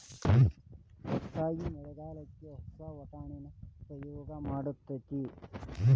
ಹೆಚ್ಚಾಗಿ ಮಳಿಗಾಲಕ್ಕ ಹಸೇ ವಟಾಣಿನ ಉಪಯೋಗ ಮಾಡತಾತ